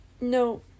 No